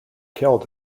killed